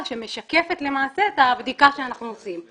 שמשקפת למעשה את הבדיקה שאנחנו עושים,